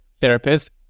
therapist